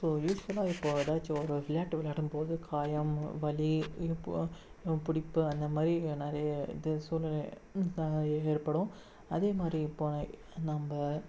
so யூஸ்ஃபுல்லா இப்போது ஏதாச்சம் ஒரு விளையாட்டு விளையாட்டுனு போகும் போது காயம் வலி இடுப்பு பிடிப்பு அந்த மாதிரி நிறைய இது சூழல் ஏற்படும் அதே மாதிரி நம்ம